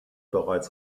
bereits